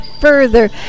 further